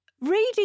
reading